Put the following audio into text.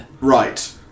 right